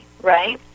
right